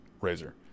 razor